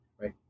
right